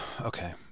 okay